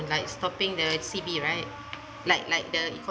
like stopping the C_B right like like the